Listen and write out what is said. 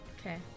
okay